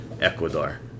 Ecuador